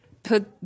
put